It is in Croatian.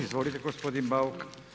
Izvolite gospodine Bauk.